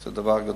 זה דבר גדול.